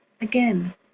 again